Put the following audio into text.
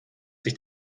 sich